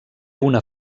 una